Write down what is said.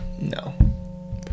no